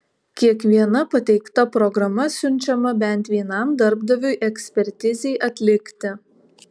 kiekviena pateikta programa siunčiama bent vienam darbdaviui ekspertizei atlikti